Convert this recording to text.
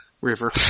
River